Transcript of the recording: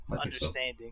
understanding